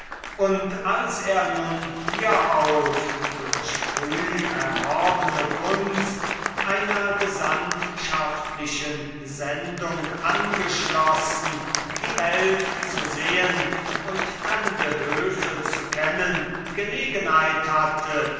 und als er nun hierauf durch früh erworbene gunst einer gesandtschaftlichen sendung angeschlossen die welt zu sehen und fremde höfe zu kennen gelegenheit hatte